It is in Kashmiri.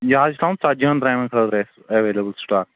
یہِ حظ چھُ تھاوُن ژتجہن ترٛامیٚن خأطرٕ اَسہِ ایویلیبٕل سِٹاک